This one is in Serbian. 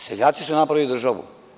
Seljaci su napravili državu.